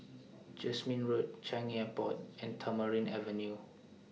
Jasmine Road Changi Airport and Tamarind Avenue